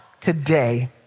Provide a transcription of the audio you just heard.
today